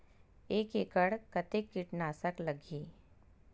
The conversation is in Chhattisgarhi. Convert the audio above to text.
एक एकड़ कतेक किट नाशक लगही?